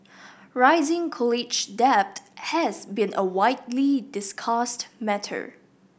rising college debt has been a widely discussed matter